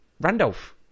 Randolph